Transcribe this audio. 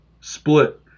Split